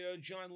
John